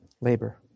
labor